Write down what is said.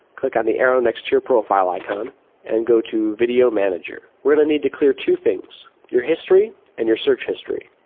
click on the arrow next to your profile icon and go to video manager. we're going to need to clear two things your history and your search history.